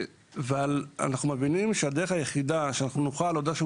אנחנו מבינים שהדרך היחידה שנוכל איך שהוא